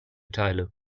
teile